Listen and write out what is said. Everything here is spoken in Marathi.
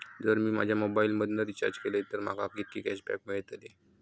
जर मी माझ्या मोबाईल मधन रिचार्ज केलय तर माका कितके कॅशबॅक मेळतले?